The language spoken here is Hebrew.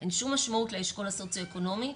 אין שום משמעות לאשכול הסוציו אקונומי,